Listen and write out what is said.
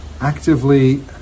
actively